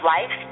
Life